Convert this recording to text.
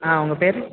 ஆ உங்க பேர்